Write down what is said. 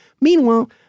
Meanwhile